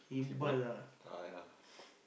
he bot~ ah ya